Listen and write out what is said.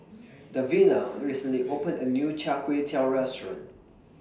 Davina recently opened A New Char Kway Teow Restaurant